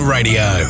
Radio